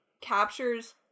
captures